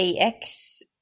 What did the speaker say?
ax